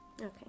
okay